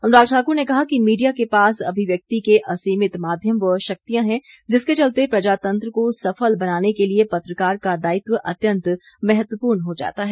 अनुराग ठाकुर ने कहा कि मीडिया के पास अभिव्यवित के असीमित माध्यम व शक्तियां हैं जिसके चलते प्रजातंत्र को सफल बनाने के लिए पत्रकार का दायित्व अत्यंत महत्वपूर्ण हो जाता है